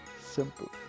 simple